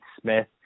Smith